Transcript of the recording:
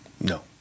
No